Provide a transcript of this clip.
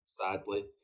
sadly